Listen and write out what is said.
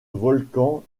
volcan